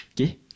okay